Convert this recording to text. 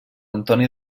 antoni